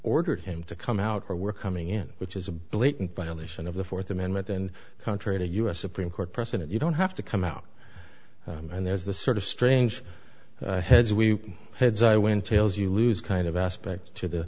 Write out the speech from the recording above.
ordered him to come out or we're coming in which is a blatant violation of the fourth amendment and contrary to u s supreme court precedent you don't have to come out and there's this sort of strange heads we heads i win tails you lose kind of aspect to the